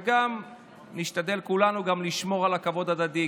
וגם נשתדל כולנו לשמור על כבוד הדדי,